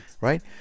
right